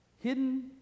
hidden